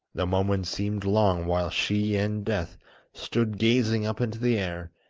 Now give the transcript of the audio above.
the moments seemed long while she and death stood gazing up into the air,